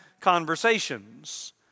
conversations